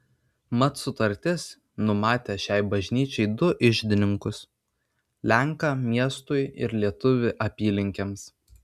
mat sutartis numatė šiai bažnyčiai du iždininkus lenką miestui ir lietuvį apylinkėms